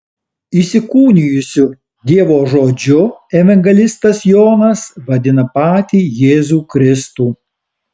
įsikūnijusiu dievo žodžiu evangelistas jonas vadina patį jėzų kristų